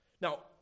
Now